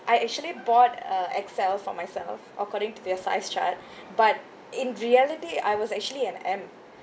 I actually bought a X_L for myself according to their size chart but in reality I was actually an m